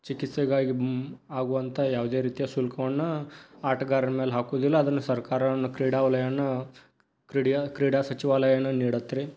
ಚಿಕಿತ್ಸೆಗಾಗಿ ಆಗುವಂಥ ಯಾವುದೇ ರೀತಿಯ ಶುಲ್ಕವನ್ನ ಆಟಗಾರನ ಮೇಲೆ ಹಾಕುವುದಿಲ್ಲ ಅದನ್ನು ಸರ್ಕಾರವನ್ನು ಕ್ರೀಡಾವಲಯನೇ ಕ್ರೀಡೆಯ ಕ್ರೀಡಾ ಸಚಿವಾಲಯನೇ ನೀಡತ್ತೆ ರೀ